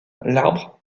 l’arbre